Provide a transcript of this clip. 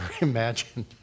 imagined